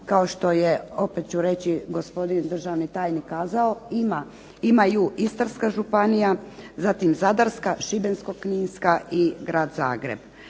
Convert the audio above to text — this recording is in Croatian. kao što je opet ću reći gospodin državni tajnik kazao imaju Istarska županija, zatim Zadarska, Šibensko-kninska i grad Zagreb.